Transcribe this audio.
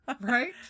Right